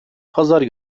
pazar